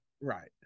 right